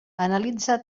analitza